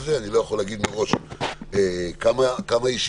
אני לא יכול להגיד מראש כמה ישיבות.